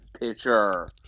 picture